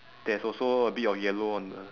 there's also a bit of yellow on the